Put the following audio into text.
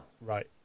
Right